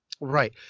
Right